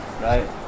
right